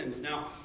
Now